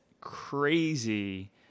crazy